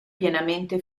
pienamente